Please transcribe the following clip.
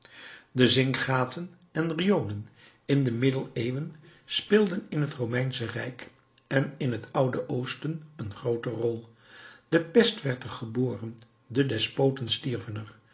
de zinkgaten en riolen in de middeneeuwen speelden in het romeinsche rijk en in het oude oosten een groote rol de pest werd er geboren de despoten stierven